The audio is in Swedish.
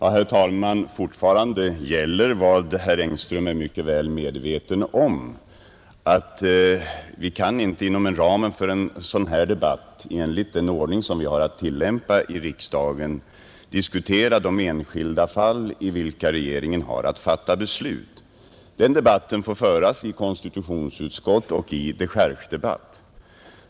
Herr talman! Fortfarande gäller, vilket herr Engström är mycket väl medveten om, att vi kan inte inom ramen för en sådan här debatt, enligt den ordning som vi har att tillämpa i riksdagen, diskutera de enskilda fall i vilka regeringen har att fatta beslut. Den debatten får föras i konstitutionsutskott och i dechargedebatt.